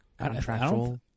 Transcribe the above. contractual